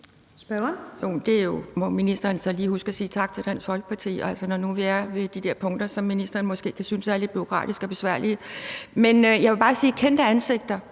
Det må ministeren så lige huske at sige tak til Dansk Folkeparti for, når nu vi er ved de der punkter, som ministeren måske kan synes er lidt bureaukratiske og besværlige. Men jeg vil bare sige om det med kendte ansigter,